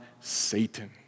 Satan